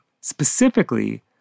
specifically